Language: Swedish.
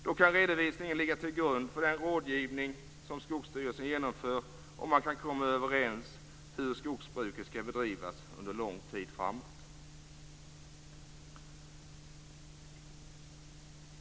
Då kan redovisningen ligga till grund för den rådgivning som Skogsstyrelsen genomför, och man kan komma överens om hur skogsbruket skall bedrivs under lång tid framåt.